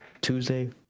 Tuesday